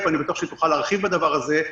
אני בטוח שהיא תוכל להרחיב בדבר הזה.